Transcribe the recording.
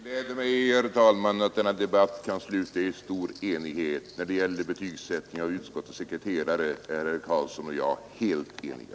Herr talman! Det gläder mig att denna debatt kan sluta i stor enighet — när det gäller betygsättningen av utskottets sekreterare är herr Karlsson och jag helt ense.